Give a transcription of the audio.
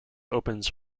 opens